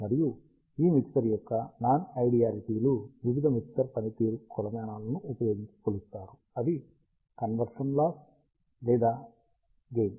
మరియు ఈ మిక్సర్ యొక్క నాన్ ఐడియాలిటీలు వివిధ మిక్సర్ పనితీరు కొలమానాలను ఉపయోగించి కొలుస్తారు అవి కన్వర్షన్ లాస్ లేదా గెయిన్